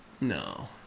No